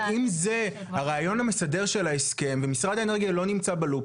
אם זה הרעיון המסדר של ההסכם ומשרד האנרגיה לא נמצא בלופ,